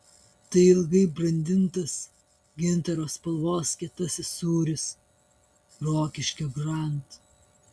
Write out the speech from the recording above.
tai ilgai brandintas gintaro spalvos kietasis sūris rokiškio grand